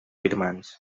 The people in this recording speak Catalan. firmants